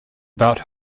about